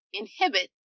inhibit